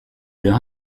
leur